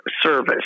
service